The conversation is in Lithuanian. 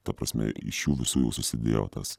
ta prasme iš jų visų jau susidėjo tas